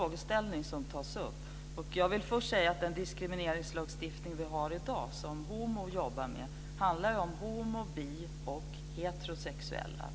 Det berörs inte i handlingsplanen, men jag tycker att det hade varit bra.